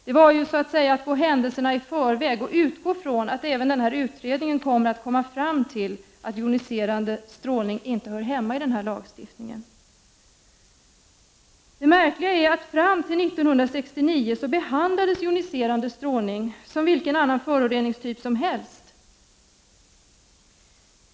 Det var att gå händelsena i förväg och utgå från att även denna utredning kommer att komma fram till att joniserande strålning inte hör hemma i denna lagstiftning. Det märkliga är att fram till 1969 behandlades joniserande strålning som vilken annan föroreningstyp som helst.